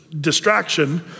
distraction